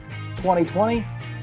2020